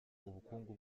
ubukungu